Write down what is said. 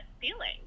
feeling